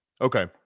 Okay